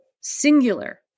singular